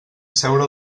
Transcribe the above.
asseure